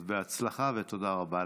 אז בהצלחה, ותודה רבה לך.